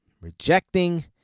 Rejecting